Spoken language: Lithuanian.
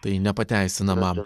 tai nepateisinama